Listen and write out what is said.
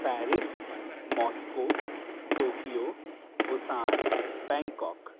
Paris Moscow Tokyo Busan Bangkok